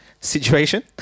situation